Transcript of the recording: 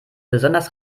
besonders